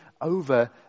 over